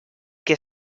que